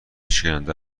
شکننده